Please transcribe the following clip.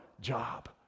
job